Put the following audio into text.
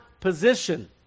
position